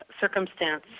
circumstance